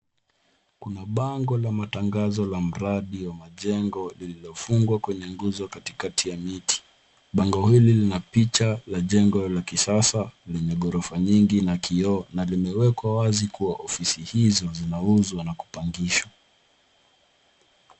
Kuna bango la matangazo la mradi wa majengo lililofungwa kwenye nguzo katikakati ya miti. Bango hili lina picha la jengo la kisasa lenye ghorofa nyingi na kioo na limewekwa wazi kuwa ofisi hizo zinauzwa na kupangishwa.